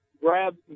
grab